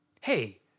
hey